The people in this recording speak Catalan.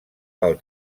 pel